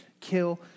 kill